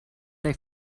they